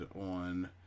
on